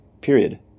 period